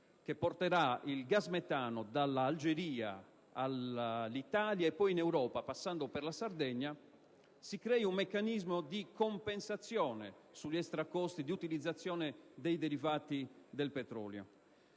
che porterà il gas metano dall'Algeria all'Italia e poi in Europa, passando per la Sardegna, si preveda un meccanismo di compensazione per i costi extra legati all'utilizzazione dei derivati del petrolio.